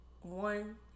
one